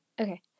Okay